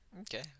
Okay